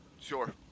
sure